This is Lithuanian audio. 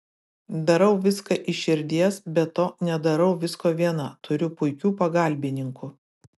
darau viską iš širdies be to nedarau visko viena turiu puikių pagalbininkų